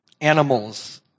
animals